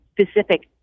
specific